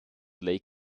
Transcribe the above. lake